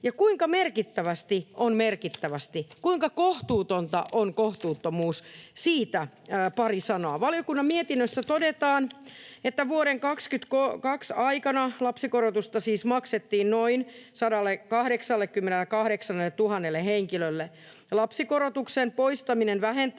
Ja kuinka merkittävästi on merkittävästi? Kuinka kohtuutonta on kohtuuttomuus? Siitä pari sanaa. Valiokunnan mietinnössä todetaan, että vuoden 22 aikana lapsikorotusta siis maksettiin noin 188 000 henkilölle ja lapsikorotuksen poistaminen vähentää